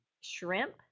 shrimp